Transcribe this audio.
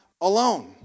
alone